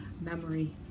memory